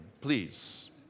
Please